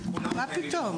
הם חייבים.